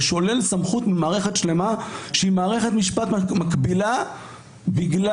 ושולל סמכות ממערכת שלמה שהיא מערכת משפט מקבילה בגלל